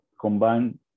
combined